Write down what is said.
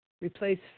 Replace